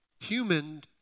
human